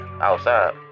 outside